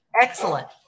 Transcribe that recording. Excellent